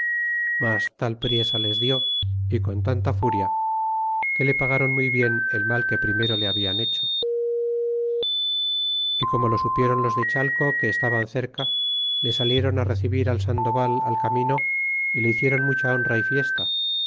mas tal priesa les dió y con tanta furia que le pagáron muy bien el mal que primero le hablan hecho y como lo supieron los de chale que estaban cerca le saliéron á recebir al sandoval al camino y le hicieron mucha honra y fiesta